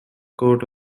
court